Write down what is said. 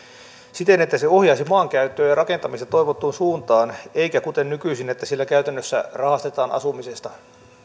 siten että se ohjaisi maankäyttöä ja rakentamista toivottuun suuntaan eikä olisi kuten nykyisin kun käytännössä rahastetaan asumisesta